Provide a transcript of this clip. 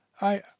I